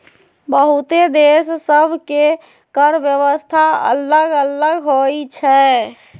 बहुते देश सभ के कर व्यवस्था अल्लग अल्लग होई छै